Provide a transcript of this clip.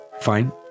fine